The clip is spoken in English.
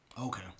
Okay